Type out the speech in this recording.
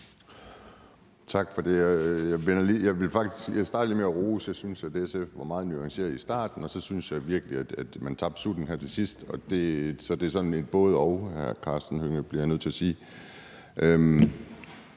Andersen (NB): Tak for det. Jeg starter lige med rosen. Jeg synes, at SF var meget nuanceret i starten, og så synes jeg virkelig, at man tabte sutten her til sidst. Så det er sådan en både-og, bliver jeg nødt til at sige,